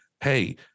hey